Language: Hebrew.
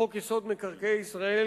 חוק-יסוד: מקרקעי ישראל,